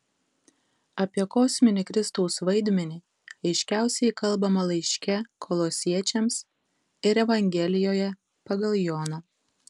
apie kosminį kristaus vaidmenį aiškiausiai kalbama laiške kolosiečiams ir evangelijoje pagal joną